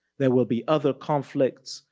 there will be other conflicts,